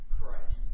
Christ